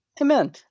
Amen